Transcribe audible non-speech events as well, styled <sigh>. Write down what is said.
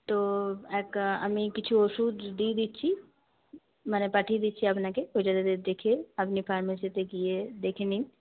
তো <unintelligible> আমি কিছু ওষুধ দিয়ে দিচ্ছি মানে পাঠিয়ে দিচ্ছি আপনাকে <unintelligible> দেখে আপনি ফার্মেসিতে গিয়ে দেখে নিন